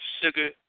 sugar